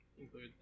include